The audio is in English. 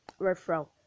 referral